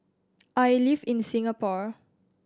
I live in Singapore